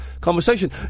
conversation